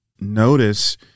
Notice